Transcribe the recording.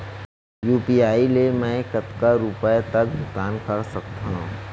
UPI ले मैं कतका रुपिया तक भुगतान कर सकथों